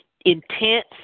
intense